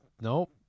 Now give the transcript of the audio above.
nope